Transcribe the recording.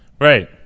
right